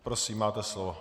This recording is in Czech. Prosím, máte slovo.